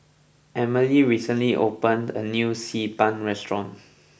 Emmalee recently opened a new Xi Ban restaurant